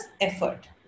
effort